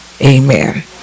amen